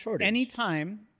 anytime